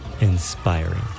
inspiring